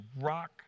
rock